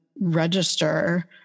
register